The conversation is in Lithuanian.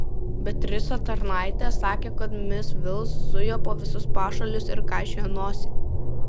beatrisa tarnaitė sakė kad mis vils zujo po visus pašalius ir kaišiojo nosį